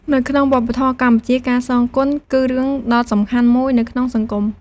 នៅក្នុងវប្បធម៌កម្ពុជា ការសងគុណគឺរឿងដ៏សំខាន់មួយនៅក្នុងសង្គម។